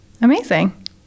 Amazing